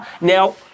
Now